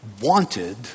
wanted